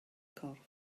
corff